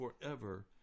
forever